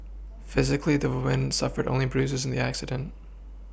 physically the woman suffered only bruises in the accident